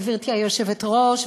גברתי היושבת-ראש,